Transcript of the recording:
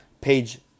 page